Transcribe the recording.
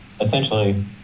essentially